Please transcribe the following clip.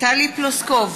טלי פלוסקוב,